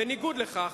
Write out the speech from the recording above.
בניגוד לכך,